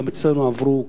גם אצלנו עברו,